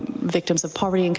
victim of poverty, and